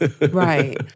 Right